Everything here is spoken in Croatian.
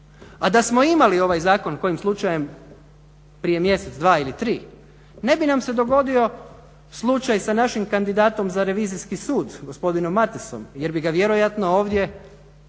a da smo imali ovaj zakon kojim slučajem prije mjesec, dva ili tri ne bi nam se dogodio slučaj sa našim kandidatom za Revizijski sud gospodinom Matasom jer bi ga vjerojatno ovdje na